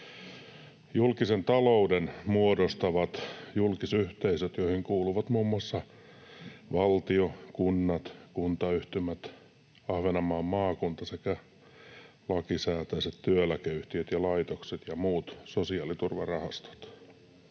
Julkisen talouden muodostavat julkisyhteisöt, joihin kuuluvat muun muassa valtio, kunnat, kuntayhtymät, Ahvenanmaan maakunta sekä lakisääteiset työeläkeyhtiöt ja laitokset ja muut sosiaaliturvarahastot.